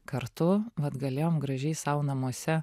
kartu vat galėjom gražiai sau namuose